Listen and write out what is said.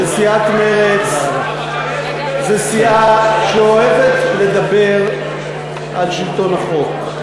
סיעת מרצ זו סיעה שאוהבת לדבר על שלטון החוק.